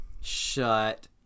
Shut